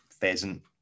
pheasant